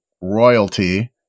royalty